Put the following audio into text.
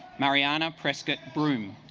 mariana prescott broom